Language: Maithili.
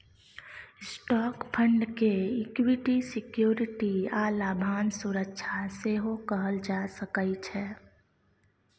स्टॉक फंड के इक्विटी सिक्योरिटी आ लाभांश सुरक्षा सेहो कहल जा सकइ छै